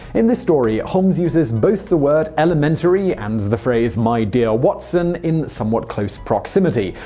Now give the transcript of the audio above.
in this story, holmes uses both the word elementary and the phrase, my dear watson, in somewhat close proximity.